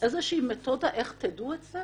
איזושהי מתודה איך תדעו את זה?